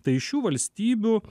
tai iš šių valstybių